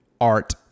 art